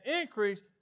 increase